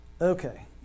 Okay